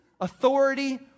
authority